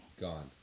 Gone